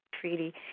treaty